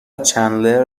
چندلر